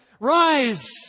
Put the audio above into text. Rise